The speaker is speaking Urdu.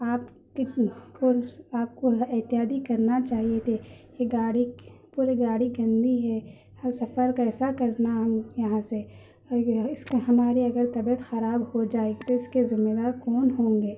آپ کو آپ کو احتیاط كرنا چاہیے تھے کہ گاڑی پوری گاڑی گندی ہے ہم سفر کیسا کرنا ہم یہاں سے اس کو ہماری اگر طبیعت خراب ہوجائے گى تو اس كا ذمّہ دار كون ہوں گے